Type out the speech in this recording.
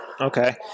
Okay